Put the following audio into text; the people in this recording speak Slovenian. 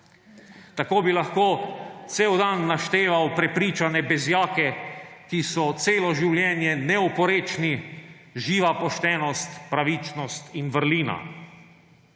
Tako bi lahko cel dan našteval prepričane bezjake, ki so celo življenje neoporečni, živa poštenost, pravičnost in vrlina.